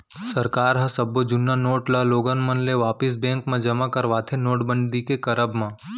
सरकार ह सब्बो जुन्ना नोट ल लोगन मन ले वापिस बेंक म जमा करवाथे नोटबंदी के करब म